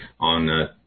on